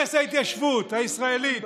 ערש ההתיישבות הישראלית,